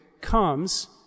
comes